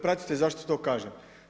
Pratite zašto to kažem.